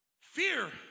fear